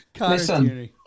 Listen